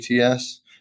ATS